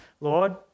Lord